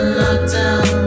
lockdown